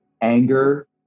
anger